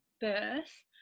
birth